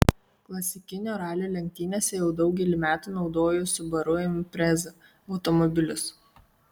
klasikinio ralio lenktynėse jau daugelį metų naudoju subaru impreza automobilius